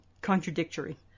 contradictory